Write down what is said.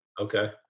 Okay